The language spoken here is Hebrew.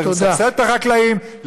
צריך לסבסד את החקלאים,